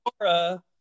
Laura